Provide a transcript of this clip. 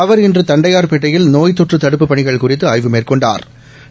அவர் இன்று தண்டையா்பேட்டையில் நோய் தொற்று தடுப்புப் பணிகள் குறிதது ஆய்வு மேற்கொண்டா்